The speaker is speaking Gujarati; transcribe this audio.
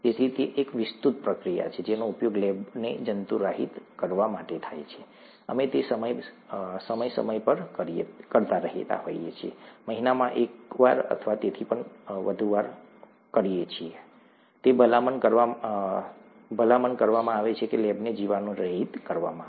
તેથી તે એક વિસ્તૃત પ્રક્રિયા છે જેનો ઉપયોગ લેબને જંતુરહિત કરવા માટે થાય છે અમે તે સમય સમય પર કરીએ છીએ મહિનામાં એકવાર અથવા તેથી વધુ હોઈ શકે છે તે ભલામણ કરવામાં આવે છે કે લેબને જીવાણુરહિત કરવામાં આવે